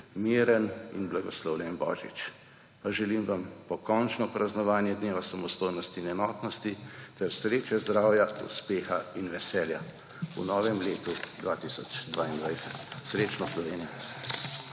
miren in blagoslovljen Božič. Želim vam tudi pokončno praznovanje dneva samostojnosti in enotnosti ter sreče, zdravja, uspeha in veselja v novem letu 2022. Srečno Slovenija!